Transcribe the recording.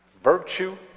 virtue